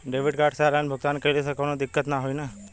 Debit card से online भुगतान कइले से काउनो दिक्कत ना होई न?